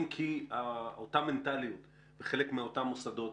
ירדנו בצורה מאוד מאוד משמעותית וזה כמובן